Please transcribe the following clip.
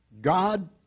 God